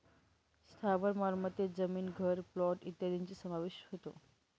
स्थावर मालमत्तेत जमीन, घर, प्लॉट इत्यादींचा समावेश होतो